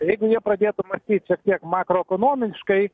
jeigu jie pradėtų mąstyt šiek tiek makaroekonomiškai